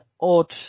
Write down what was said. odd